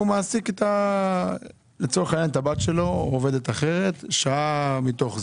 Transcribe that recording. מעסיק לצורך העניין את הבת שלו או עובדת אחרת שעה מתוך זה.